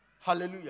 Hallelujah